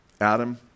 Adam